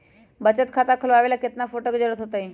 बचत खाता खोलबाबे ला केतना फोटो के जरूरत होतई?